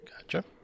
Gotcha